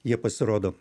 jie pasirodo